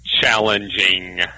challenging